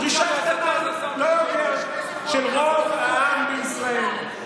דרישה קטנה של רוב העם בישראל.